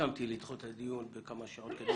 שהסכמתי לדחות את הדיון בכמה שעות כדי